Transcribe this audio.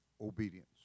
obedience